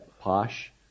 posh